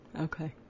Okay